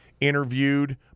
interviewed